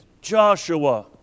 Joshua